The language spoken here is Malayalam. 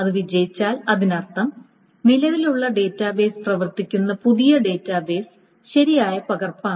അത് വിജയിച്ചാൽ അതിനർത്ഥം നിലവിലുള്ള ഡാറ്റാബേസ് പ്രവർത്തിക്കുന്ന പുതിയ ഡാറ്റാബേസ് ശരിയായ പകർപ്പാണ്